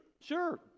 sure